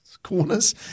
Corners